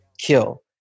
kill